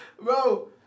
Bro